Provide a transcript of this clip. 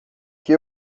que